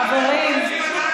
חברים,